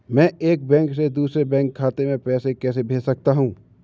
मैं एक बैंक से दूसरे बैंक खाते में पैसे कैसे भेज सकता हूँ?